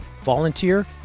volunteer